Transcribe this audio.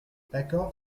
d’accord